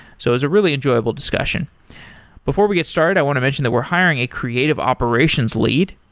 so it's a really enjoyable discussion before we get started, i want to mention that we're hiring a creative operations lead.